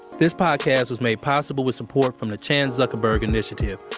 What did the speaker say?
this podcast was made possible with support from the chan zuckerberg initiative,